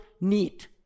Need